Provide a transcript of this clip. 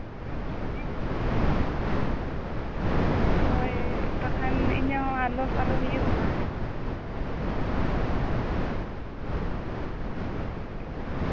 ᱦᱳᱭ ᱵᱟᱠᱷᱟᱱ ᱤᱧᱟᱹᱜ ᱦᱚᱸ ᱞᱚᱥ ᱟᱞᱚ ᱦᱩᱭᱩᱜᱼᱢᱟ